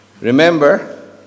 Remember